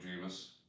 Jameis